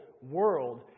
world